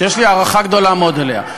שיש לי הערכה גדולה מאוד אליה.